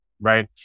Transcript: right